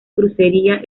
crucería